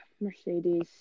Mercedes